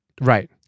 right